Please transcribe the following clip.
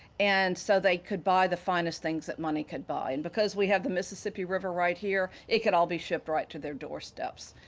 and so they could buy the finest things that money could buy, and because we have the mississippi river right here, it could all be shipped right to their doorsteps.